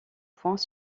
points